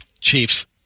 Chiefs